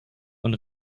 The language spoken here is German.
und